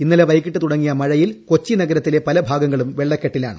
ഇന്നലെ വൈകിട്ട് തുടങ്ങിയ മഴ കൊച്ചി നഗരത്തിലെ പല ഭാഗങ്ങളും വെള്ളക്കെട്ടിലാണ്